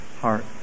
heart